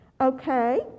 Okay